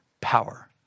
power